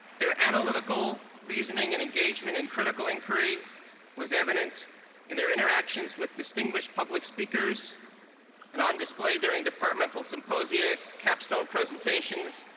their analytical reasoning and engagement in critical inquiry was evident in their interactions with distinguished public speakers and on display during departmental symposia, symposia, capstone presentations,